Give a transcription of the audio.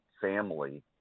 family